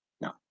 No